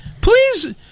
Please